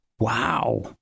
wow